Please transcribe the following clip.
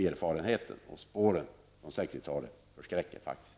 Erfarenheterna och spåren från 60-talet förskräcker faktiskt.